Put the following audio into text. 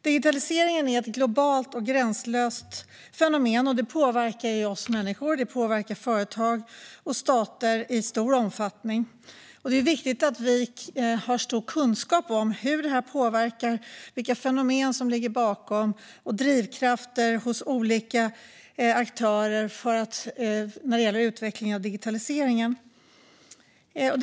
Digitaliseringen är ett globalt och gränslöst fenomen som påverkar oss människor liksom företag och stater i stor omfattning. Det är viktigt att vi har stor kunskap om hur den påverkar, vilka fenomen som ligger bakom och drivkrafterna hos olika aktörer när det gäller digitaliseringens utveckling.